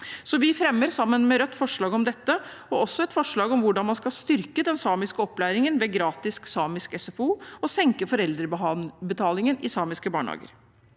Sammen med Rødt fremmer vi forslag om dette, og også et forslag om hvordan man skal styrke den samiske opplæringen ved gratis samisk SFO, og om å senke foreldrebetalingen i samiske barnehager.